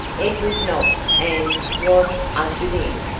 edward knocked and was ushered in,